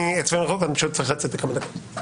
אני צריך לצאת לכמה דקות.